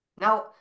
Now